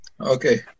Okay